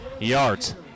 yards